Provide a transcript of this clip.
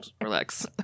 relax